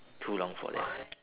too long for them